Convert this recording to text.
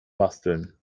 basteln